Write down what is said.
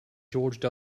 george